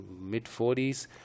mid-40s